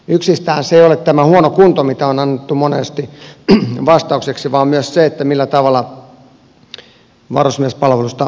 yksistään se ei ole tämä huono kunto mikä on annettu monesti vastaukseksi vaan myös se millä tavalla varusmiespalvelusta toteutetaan